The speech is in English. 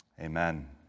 Amen